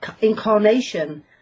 incarnation